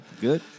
Good